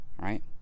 right